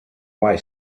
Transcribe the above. way